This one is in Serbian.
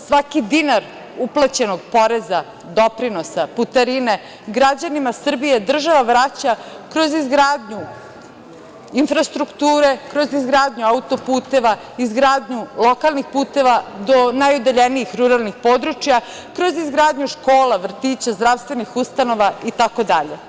Svaki dinar uplaćenog poreza, doprinosa, putarine, građanima Srbije država vraća kroz izgradnju infrastrukture, kroz izgradnju auto-puteva, izgradnju lokalnih puteva do najudaljenijih ruralnih područja, kroz izgradnju škola, vrtića, zdravstvenih ustanova itd.